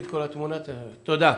תודה.